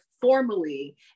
formally